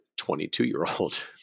22-year-old